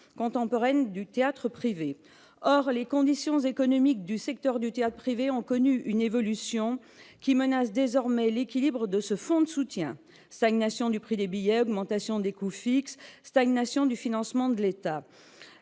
contemporaine du théâtre privé. Or les conditions économiques du secteur du théâtre privé ont connu une évolution qui menace désormais l'équilibre de ce fonds de soutien : stagnation du prix des billets et du financement de l'État,